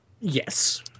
Yes